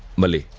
malli,